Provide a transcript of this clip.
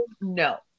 No